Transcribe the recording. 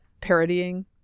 parodying